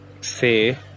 say